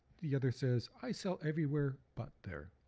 the other says i sell everywhere but there.